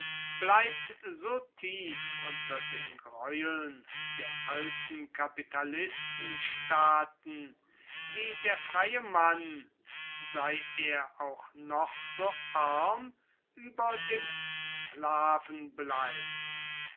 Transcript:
bleibt so tief unter den greueln der alten kapitalistenstaaten wie der freie mann sei er auch noch so arm über dem sklaven bleibt